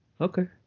okay